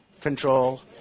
control